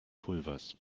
pulvers